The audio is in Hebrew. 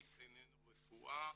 קנאביס איננו רפואה.